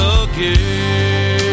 again